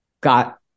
got